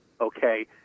okay